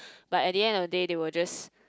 but at the end of the day they will just